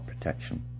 protection